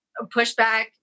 pushback